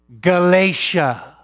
Galatia